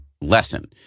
lesson